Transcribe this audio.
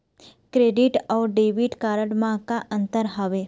Credit अऊ debit card म का अंतर हावे?